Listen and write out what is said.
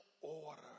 order